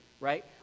right